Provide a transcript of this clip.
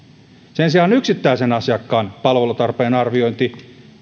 sen sijaan yksittäisen asiakkaan palvelutarpeen arviointi